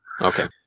Okay